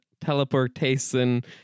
teleportation